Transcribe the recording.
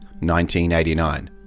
1989